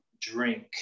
drink